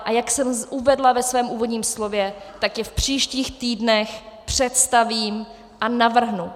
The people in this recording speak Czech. A jak jsem uvedla ve svém úvodním slově, tak je v příštích týdnech představím a navrhnu.